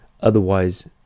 otherwise